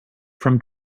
from